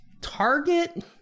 Target